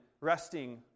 resting